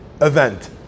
event